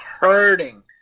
hurting